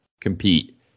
compete